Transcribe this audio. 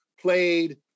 played